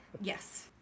Yes